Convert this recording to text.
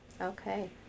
Okay